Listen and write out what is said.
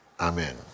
Amen